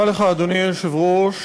אדוני היושב-ראש,